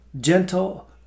gentle